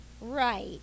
Right